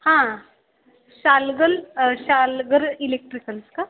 हां शाल्ग शाल्गर इलेक्ट्रिकल्स का